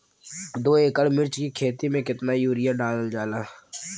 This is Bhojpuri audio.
दो एकड़ मिर्च की खेती में कितना यूरिया डालल जाला?